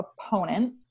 opponent